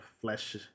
flesh